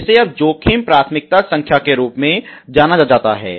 जिसे अब जोखिम प्राथमिकता संख्या के रूप में जाना जाता है